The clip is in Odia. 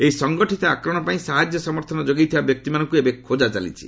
ଏହି ସଂଗଠିତ ଆକ୍ରମଣ ପାଇଁ ସାହାଯ୍ୟ ସମର୍ଥନ ଯୋଗାଇଥିବା ବ୍ୟକ୍ତିମାନଙ୍କୁ ଏବେ ଖୋକା ଚାଲିଛି